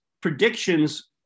predictions